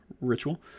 ritual